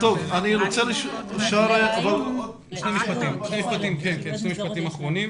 שני משפטים אחרונים.